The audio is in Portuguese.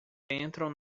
entram